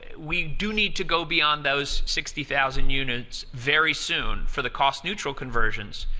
we do need to go beyond those sixty thousand units very soon for the cost-neutral conversions,